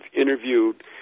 interviewed